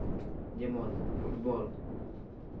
ᱡᱮᱢᱚᱱ ᱯᱷᱩᱴᱵᱚᱞ